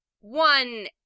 One